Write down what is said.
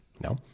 No